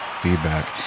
feedback